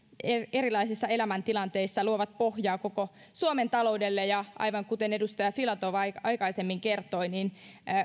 erilaisissa elämäntilanteissa luovat pohjaa koko suomen taloudelle aivan kuten edustaja filatov aikaisemmin kertoi niin